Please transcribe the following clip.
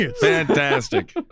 Fantastic